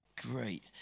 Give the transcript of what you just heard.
Great